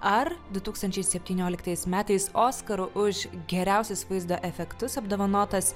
ar du tūkstančiai septynioliktais metais oskaru už geriausius vaizdo efektus apdovanotas